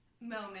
moment